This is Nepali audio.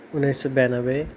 उन्नाइस सौ ब्यानब्बे